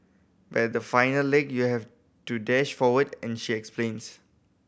but the final leg you have to dash forward and she explains